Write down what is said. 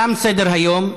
תם סדר-היום.